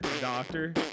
Doctor